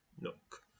Nook